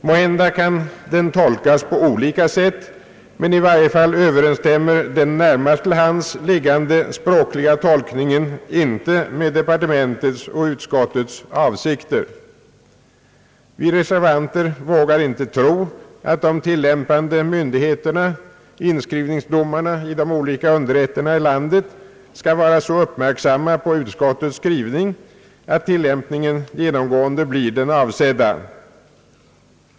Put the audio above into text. Måhända kan den tolkas på olika sätt, men i varje fall överensstämmer den närmast till hands liggande språkliga tolkningen inte med departementets och utskottets avsikter. Vi reservanter vågar inte tro, att de tillämpande myndigheterna, inskrivningsdomarna i de olika underrätterna i landet, skall vara så uppmärksamma på utskottets skrivning att tilllämpningen genomgående blir den avsedda.